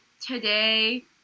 today